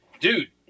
dude